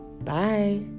bye